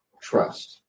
trust